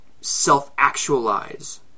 self-actualize